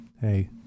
hey